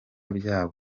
byabo